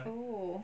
oh